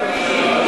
יש חוק, יש חוק.